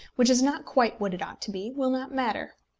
which is not quite what it ought to be, will not matter.